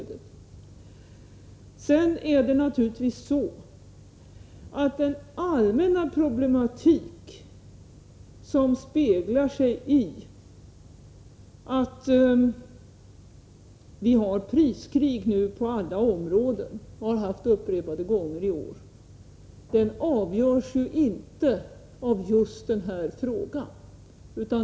Den allmänna problematik som speglar sig i att vi nu har priskrig på alla områden och har haft det upprepade gånger i år avgörs naturligtvis inte av just den här frågan.